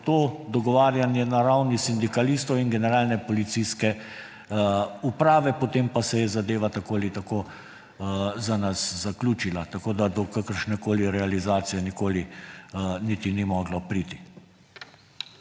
to dogovarjanje na ravni sindikalistov in generalne policijske uprave, potem pa se je zadeva tako ali tako za nas zaključila. Tako da do kakršnekoli realizacije nikoli niti ni moglo priti.